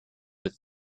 with